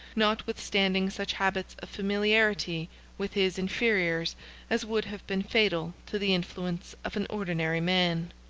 notwithstanding such habits of familiarity with his inferiors as would have been fatal to the influence of an ordinary man.